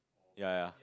ya ya